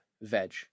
veg